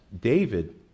David